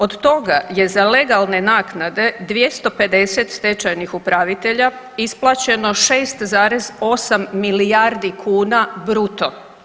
Od toga je za legalne naknade 250 stečajnih upravitelja isplaćeno 6,8 milijardi kuna bruto.